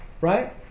right